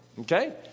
Okay